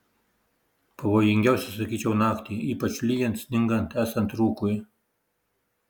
pavojingiausia sakyčiau naktį ypač lyjant sningant esant rūkui